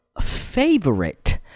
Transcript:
favorite